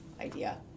idea